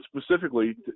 specifically